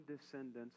descendants